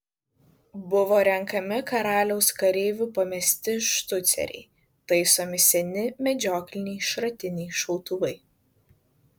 buvo renkami karaliaus kareivių pamesti štuceriai taisomi seni medžiokliniai šratiniai šautuvai